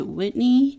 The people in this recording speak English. Whitney